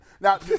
Now